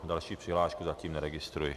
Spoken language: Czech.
Další přihlášku zatím neregistruji.